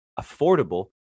affordable